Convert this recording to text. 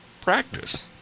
Practice